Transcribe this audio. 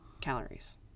calories